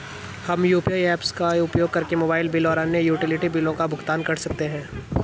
हम UPI apps का उपयोग करके मोबाइल बिल और अन्य यूटिलिटी बिलों का भुगतान कर सकते हैं